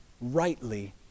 rightly